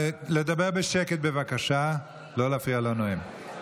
לדבר בשקט בבקשה, לא להפריע לנואם.